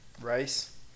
Rice